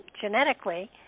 genetically